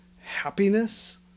happiness